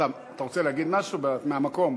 אתה רוצה להגיד משהו מהמקום?